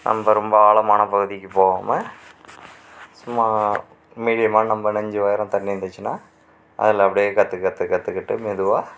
நம்ம ரொம்ப ஆழமான பகுதிக்கு போகாமல் சும்மா மீடியமாக நம்ம நெஞ்சு வர தண்ணீர் இருந்துச்சுன்னா அதில் அப்படியே கற்று கற்று கற்றுக்கிட்டு மெதுவாக